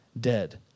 dead